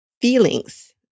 feelings